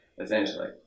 essentially